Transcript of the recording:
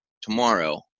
tomorrow